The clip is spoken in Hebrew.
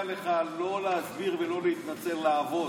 אני מציע לך לא להסביר ולא להתנצל אלא לעבוד,